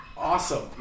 Awesome